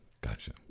gotcha